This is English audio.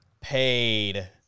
Paid